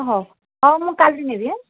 ହଉ ହଉ ମୁଁ କାଲି ନେବି ହଁ